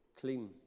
Clean